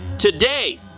today